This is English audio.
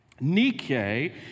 Nike